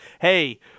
hey –